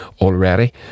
already